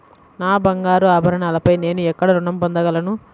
నా బంగారు ఆభరణాలపై నేను ఎక్కడ రుణం పొందగలను?